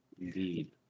Indeed